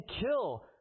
kill